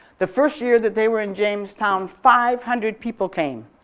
the first year that they were in jamestown, five hundred people came.